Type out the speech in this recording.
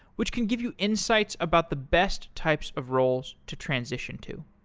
which can give you insights about the best types of roles to transition to.